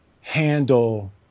handle